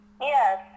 Yes